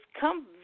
come